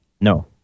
No